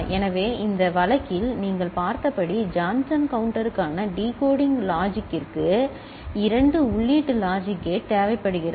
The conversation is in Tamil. எனவே இந்த வழக்கில் நீங்கள் பார்த்தபடி ஜான்சன் கவுண்டருக்கான டிகோடிங் லாஜிக்கிற்கு இரண்டு உள்ளீட்டு லாஜிக் கேட் தேவைப்படுகிறது